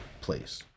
place